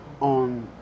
on